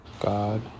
God